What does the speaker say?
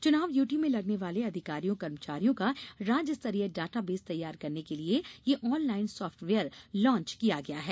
चुनाव ड्यूटी में लगने वाले अधिकारियों कर्मचारियों का राज्य स्तरीय डाटा बेस तैयार करने के लिए यह ऑनलाइन सॉफ्टवेयर लॉन्च किया गया है